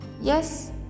yes